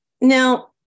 Now